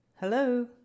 Hello